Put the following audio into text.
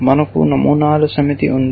మనకు నమూనాల సమితి ఉంది